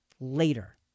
later